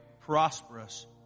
prosperous